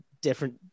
different